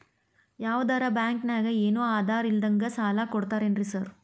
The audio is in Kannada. ಯಾವದರಾ ಬ್ಯಾಂಕ್ ನಾಗ ಏನು ಆಧಾರ್ ಇಲ್ದಂಗನೆ ಸಾಲ ಕೊಡ್ತಾರೆನ್ರಿ ಸಾರ್?